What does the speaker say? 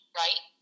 right